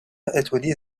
اتودی